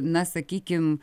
na sakykim